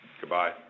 Goodbye